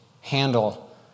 handle